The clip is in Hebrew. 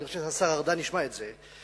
ואני רוצה שהשר ארדן ישמע את זה,